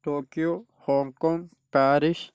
Tokyo Hong Kong Paris